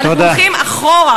אנחנו הולכים אחורה.